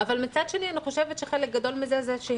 אבל מצד שני אני חושבת שחלק גדול מזה זה בגלל